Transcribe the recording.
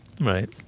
Right